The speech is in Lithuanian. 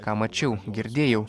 ką mačiau girdėjau